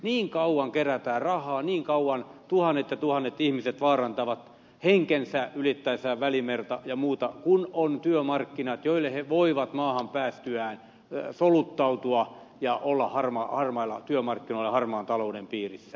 niin kauan kerätään rahaa niin kauan tuhannet ja tuhannet ihmiset vaarantavat henkensä ylittäessään välimerta ja muuta kuin on työmarkkinat joille he voivat maahan päästyään soluttautua ja olla harmailla työmarkkinoilla harmaan talouden piirissä